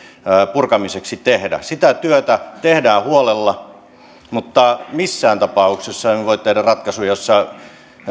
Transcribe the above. purkamiseksi tehdä sitä työtä tehdään huolella mutta missään tapauksessa emme voi tehdä ratkaisuja joissa